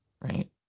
right